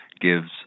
gives